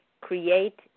create